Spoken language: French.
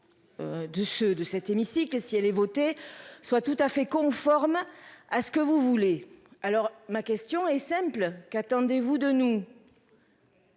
De ce, de cet hémicycle, que si elle est votée soit tout à fait conforme à ce que vous voulez. Alors ma question est simple, qu'attendez-vous de nous.